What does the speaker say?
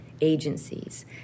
agencies